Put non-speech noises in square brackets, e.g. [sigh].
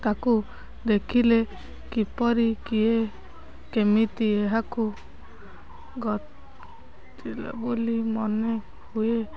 ତାକୁ ଦେଖିଲେ କିପରି କିଏ କେମିତି ଏହାକୁ [unintelligible] ବୋଲି ମନେ ହୁଏ